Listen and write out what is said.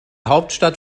hauptstadt